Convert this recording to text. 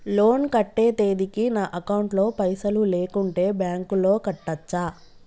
Loan కట్టే తేదీకి నా అకౌంట్ లో పైసలు లేకుంటే బ్యాంకులో కట్టచ్చా?